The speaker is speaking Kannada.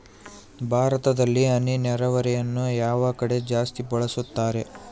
ಭಾರತದಲ್ಲಿ ಹನಿ ನೇರಾವರಿಯನ್ನು ಯಾವ ಕಡೆ ಜಾಸ್ತಿ ಬಳಸುತ್ತಾರೆ?